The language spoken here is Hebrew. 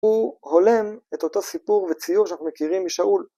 הוא הולם את אותו סיפור וציור שאנחנו מכירים משאול.